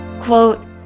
Quote